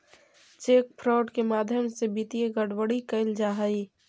cheque fraud के माध्यम से वित्तीय गड़बड़ी कैल जा हइ